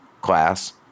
class